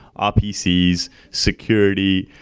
rpcs, security.